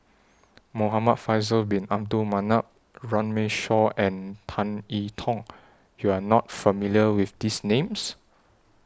Muhamad Faisal Bin Abdul Manap Runme Shaw and Tan I Tong YOU Are not familiar with These Names